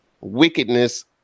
wickedness